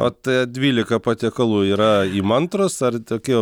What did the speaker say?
o tie dvylika patiekalų yra įmantrūs ar tokie